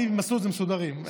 אני ומנסור מסודרים.